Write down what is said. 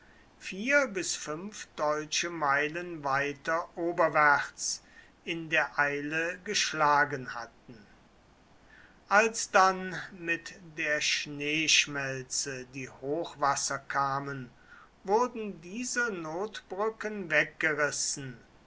vier bis fünf deutsche meilen weiter oberwärts in der eile geschlagen hatten als dann mit der schneeschmelze die hochwasser kamen wurden diese notbrücken weggerissen